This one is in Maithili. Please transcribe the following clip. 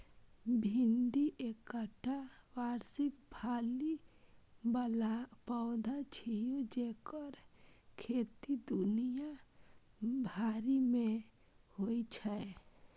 भिंडी एकटा वार्षिक फली बला पौधा छियै जेकर खेती दुनिया भरि मे होइ छै